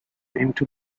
into